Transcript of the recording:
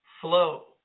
flow